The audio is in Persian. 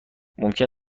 ممکن